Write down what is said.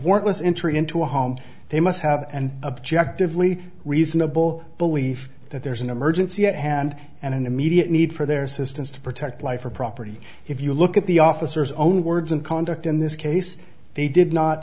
worthless entry into a home they must have an objective lee reasonable belief that there's an emergency at hand and an immediate need for their assistance to protect life or property if you look at the officers own words and conduct in this case they did not